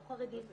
לא חרדים,